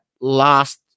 last